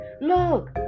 Look